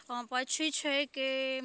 પછી છે કે